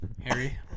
Harry